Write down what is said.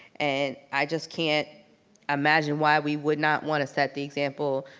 and i just can't imagine why we would not want to set the example